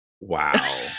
Wow